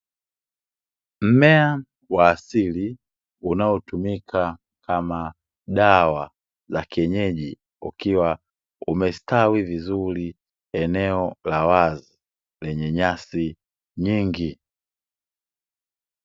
Mmea wa asili unaotumika kama dawa za kienyeji ukiwa umestawi vizuri, eneo la wazi lenye nyasi nyingi.